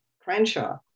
Crenshaw